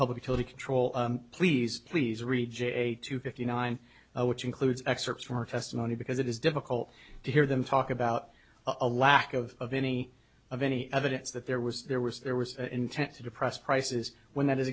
public utility control please please read j two fifty nine which includes excerpts from her testimony because it is difficult to hear them talk about a lack of any of any evidence that there was there was there was intent to depress prices when that is